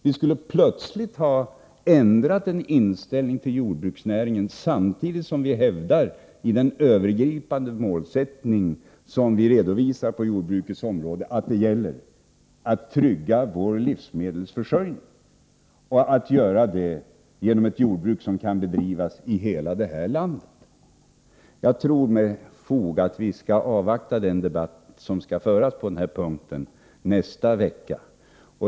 Vi skulle plötsligt ha ändrat vår inställning till jordbruksnäringen, samtidigt som vi hävdar —i den övergripande målsättning som vi redovisar på jordbrukets område — att det gäller att trygga vår livsmedelsförsörjning och göra det genom ett jordbruk som kan bedrivas i hela det här landet! Jag tror att jag har fog för uppfattningen att vi skall avvakta den debatt som skall föras på den här punkten nästa vecka.